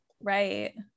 right